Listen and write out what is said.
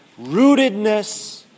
rootedness